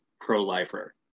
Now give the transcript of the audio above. pro-lifer